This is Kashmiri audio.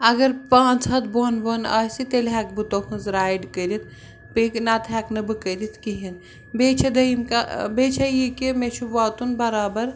اَگر پانٛژھ ہَتھ بۄن بۄن آسہِ تیٚلہِ ہٮ۪کہٕ بہٕ تُہٕنٛز رایِڈ کٔرِتھ بیٚیہِ نَتہٕ ہٮ۪کہٕ نہٕ بہٕ کٔرِتھ کِہیٖنۍ بیٚیہِ چھےٚ دٔیِم کا بیٚیہِ چھےٚ یہِ کہِ مےٚ چھُ واتُن بَرابَر